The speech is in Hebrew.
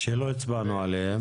שלא הצבענו עליהם?